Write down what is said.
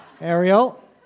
Ariel